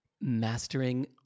mastering